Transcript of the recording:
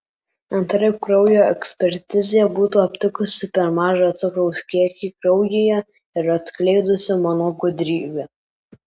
antraip kraujo ekspertizė būtų aptikusi per mažą cukraus kiekį kraujyje ir atskleidusi mano gudrybę